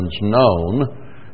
known